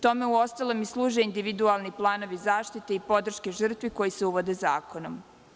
Tome uostalom i služe individualni planovi zaštite i podrške žrtvi koji se uvode zakonom.